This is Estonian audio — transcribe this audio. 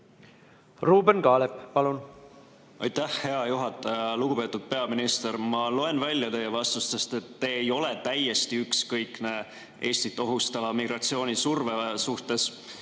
Ruuben Kaalep, palun!